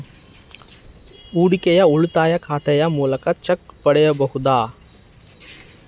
ಹೂಡಿಕೆಯ ಉಳಿತಾಯ ಖಾತೆಯ ಮೂಲಕ ಚೆಕ್ ಪಡೆಯಬಹುದಾ?